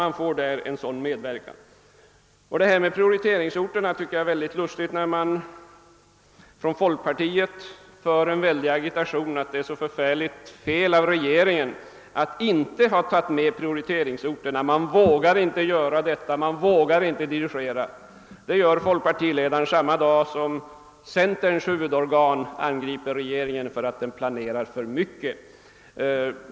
Jag hoppas att denna samverkan skall utfalla väl. Från folkpartiet har det sagts att regeringen inte vågar ta med prioriteringsorterna och inte vågar dirigera, och ett sådant uttalande gör folkpartiledaren samma dag som centerpartiets huvudorgan angriper regeringen för att den planerar för mycket.